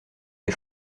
des